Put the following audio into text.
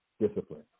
discipline